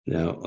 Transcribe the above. Now